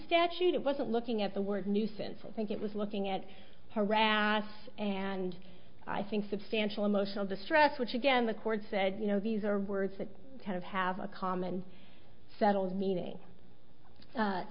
statute it wasn't looking at the word nuisance i think it was looking at harass and i think substantial emotional distress which again the court said you know these are words that kind of have a common settled meaning